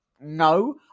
No